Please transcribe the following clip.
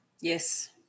Yes